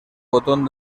botón